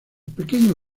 pequeño